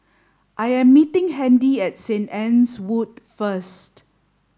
I am meeting Andy at Saint Anne's Wood First